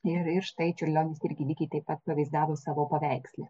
ir ir štai čiurlionis irgi lygiai taip pat atvaizdavo savo paveiksle